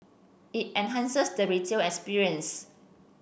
it enhances the retail experience